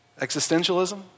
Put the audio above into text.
Existentialism